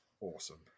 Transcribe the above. awesome